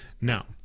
Now